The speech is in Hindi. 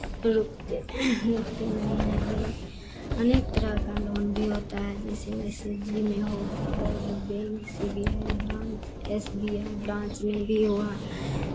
रुकते रुकते नहीं हैं बैंक अनेक तरह का लोन भी होता है जैसे जैसे जी मे हुआ और बैंक से भी है branch S B I branch में भी हुआ